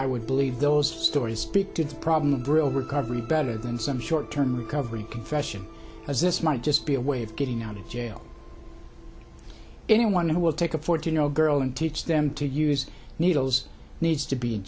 i would believe those stories speak to the problem of brill recovery better than some short term recovery confession as this might just be a way of getting out of jail anyone who will take a fourteen year old girl and teach them to use needles needs to be in